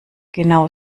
genau